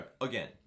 again